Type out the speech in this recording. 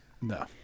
No